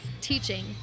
teaching